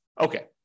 Okay